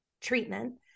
treatment